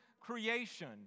creation